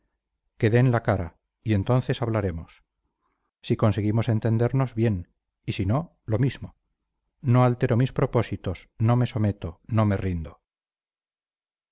que den la cara y entonces hablaremos si conseguimos entendemos bien y si no lo mismo no altero mis propósitos no me someto no me rindo